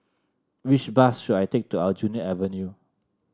which bus should I take to Aljunied Avenue